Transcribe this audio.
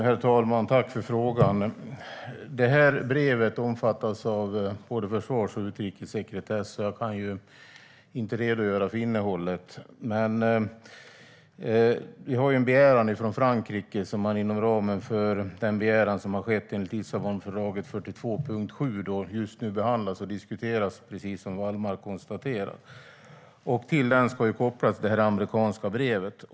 Herr talman! Jag tackar Hans Wallmark för frågan. Brevet omfattas av både försvars och utrikessekretess, så jag kan inte redogöra för innehållet. Men vi har fått en begäran från Frankrike enligt Lissabonfördraget 42.7, som just nu behandlas och diskuteras, precis som Wallmark konstaterar. Till den ska kopplas det amerikanska brevet.